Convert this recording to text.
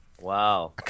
Wow